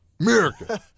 America